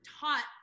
taught